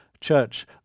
church